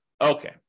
Okay